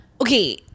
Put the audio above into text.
okay